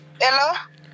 hello